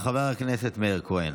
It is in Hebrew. חבר הכנסת מאיר כהן.